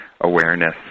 awareness